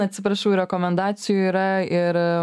atsiprašau rekomendacijų yra ir